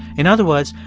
in other words,